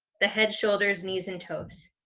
the head shoulders knees and toes,